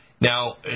Now